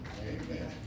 Amen